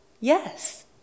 Yes